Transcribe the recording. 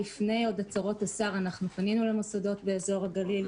עוד לפני הצהרת השר פנינו למוסדות באזור הגליל,